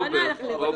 רוברט.